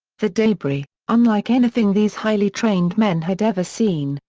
the debris, unlike anything these highly trained men had ever seen,